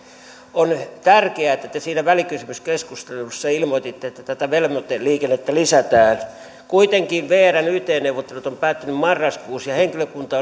on tärkeää että te siinä välikysymyskeskustelussa ilmoititte että tätä velvoiteliikennettä lisätään kuitenkin vrn yt neuvottelut ovat päättyneet marraskuussa ja henkilökunta